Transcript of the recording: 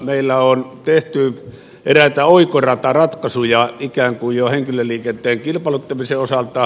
meillä on tehty eräitä oikorataratkaisuja ikään kuin jo henkilöliikenteen kilpailuttamisen osalta